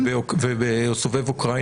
ובסובב אוקראינה?